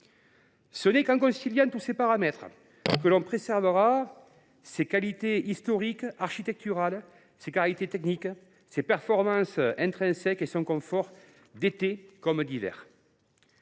Ce n’est qu’en conciliant tous ces paramètres que l’on préservera ses qualités historiques, architecturales, techniques, ses performances intrinsèques et son confort en été comme en hiver.